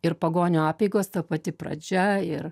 ir pagonių apeigos ta pati pradžia ir